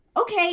okay